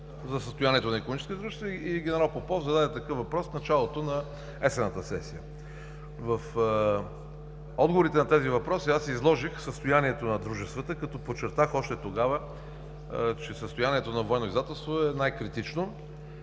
тогава, че състоянието на „Военно издателство“ е най-критично.